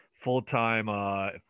full-time